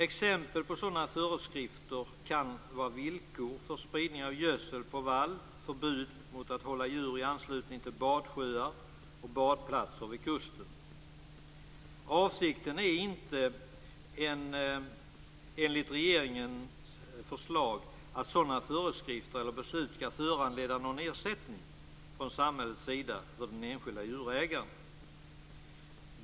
Exempel på sådana föreskrifter kan vara villkor för spridning av gödsel på vall, förbud mot att hålla djur i anslutning till badsjöar och badplatser vid kusten. Avsikten är inte enligt regeringens förslag att sådana föreskrifter eller beslut skall föranleda någon ersättning från samhällets sida till den enskilde djurägaren.